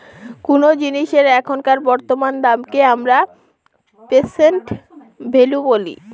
কোনো জিনিসের এখনকার বর্তমান দামকে আমরা প্রেসেন্ট ভ্যালু বলি